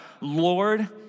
Lord